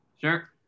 Sure